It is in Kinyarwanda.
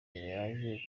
yaje